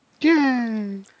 Yay